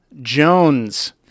Jones